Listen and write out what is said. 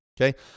okay